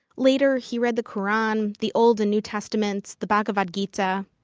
later, he read the qur'an, the old and new testaments, the bhagavad gita.